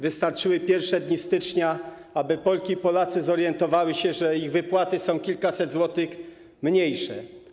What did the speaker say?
Wystarczyły pierwsze dni stycznia, aby Polki i Polacy zorientowali się, że ich wypłaty są o kilkaset złotych mniejsze.